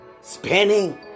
spinning